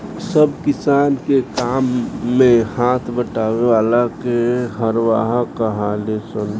बड़ किसान के काम मे हाथ बटावे वाला के हरवाह कहाले सन